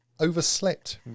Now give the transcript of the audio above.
overslept